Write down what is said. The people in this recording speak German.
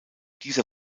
dieser